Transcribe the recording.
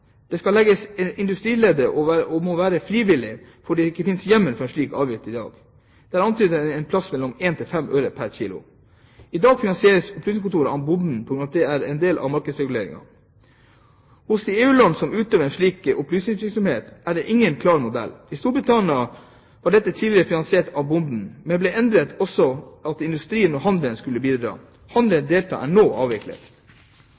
Det skal legges på industrileddet og må være frivillig fordi det ikke finnes hjemmel for en slik avgift i dag. Det er antydet en plass mellom 1 og 5 øre pr. kg. I dag finansieres opplysningskontoret av bonden på grunn av at det er en del av markedsreguleringen. Hos de EU-land som utøver en slik opplysningsvirksomhet, er det ingen klar modell. I Storbritannia var dette tidligere finansiert av bonden, men ble endret til at også industrien og handelen skulle bidra.